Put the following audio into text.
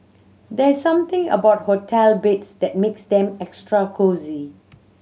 there's something about hotel beds that makes them extra cosy